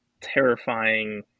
terrifying